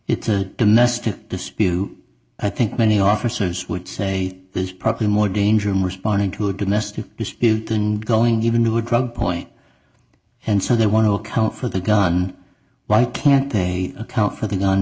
it's a domestic dispute i think many officers would say there's probably more danger in responding to a domestic dispute than going even to a drug point and so they want to account for the gun why can't they account for the